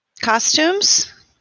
Costumes